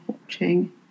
watching